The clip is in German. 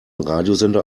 radiosender